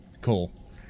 Cool